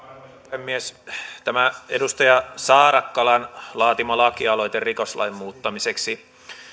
puhemies tämä edustaja saarakkalan laatima lakialoite rikoslain muuttamiseksi